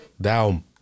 Down